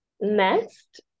next